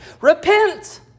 repent